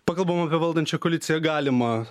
pakalbam apie valdančią koaliciją galima